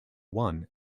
one